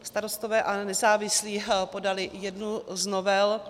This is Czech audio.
Starostové a nezávislí podali jednu z novel.